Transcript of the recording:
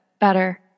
better